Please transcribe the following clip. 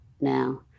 now